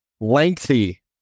lengthy